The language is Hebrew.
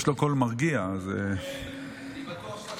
אדוני היושב-ראש,